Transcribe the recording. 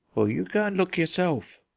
well, you go and look yourself.